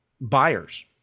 buyers